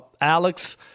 Alex